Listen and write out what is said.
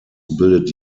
bildet